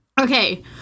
Okay